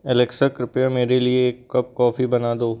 Alexa कृपया मेरे लिए एक कप कॉफी बना दो